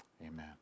Amen